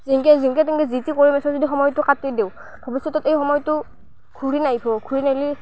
যেনেকৈ যেনেকৈ তেনেকৈ যি টি কৰি মাত্ৰ যদি সময়টো কাটি দিওঁ ভৱিষ্যতত এই সময়টো ঘূৰি নাহিব ঘূৰি নাহিলে